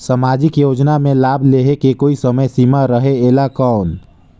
समाजिक योजना मे लाभ लहे के कोई समय सीमा रहे एला कौन?